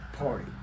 party